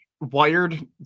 wired